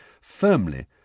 firmly